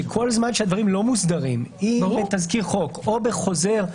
שכל זמן שהדברים לא מוסדרים אם בתזכיר חוק או בחוזר,